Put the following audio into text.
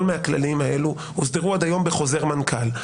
מהכללים האלה הוסדרו עד היום בחוזר מנכ"ל.